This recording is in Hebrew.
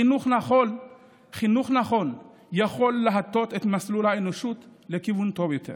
חינוך נכון יכול להטות את מסלול האנושות לכיוון טוב יותר